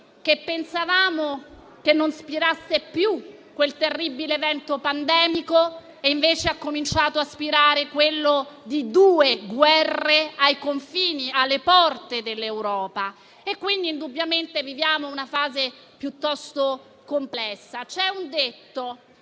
che pensavamo che non spirasse più quel terribile vento pandemico, che invece ha cominciato a spirare quello di due guerre ai confini, alle porte dell'Europa. Quindi, indubbiamente viviamo una fase piuttosto complessa. C'è un detto